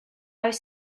oes